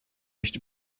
nicht